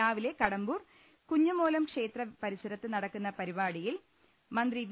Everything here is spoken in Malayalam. രാവിലെ കടമ്പൂർ കുഞ്ഞുമോലോം ക്ഷേത്ര പരിസരത്ത് നടക്കുന്ന പരിപാടിയിൽ മന്ത്രി വി